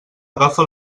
agafa